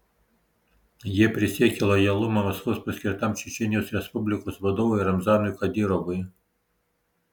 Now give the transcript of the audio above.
jie prisiekė lojalumą maskvos paskirtam čečėnijos respublikos vadovui ramzanui kadyrovui